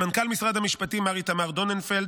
למנכ"ל משרד המשפטים איתמר דוננפלד,